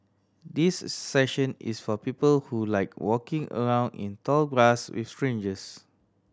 this session is for people who like walking around in tall grass with strangers